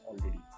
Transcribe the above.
already